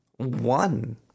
One